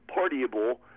partyable